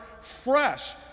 fresh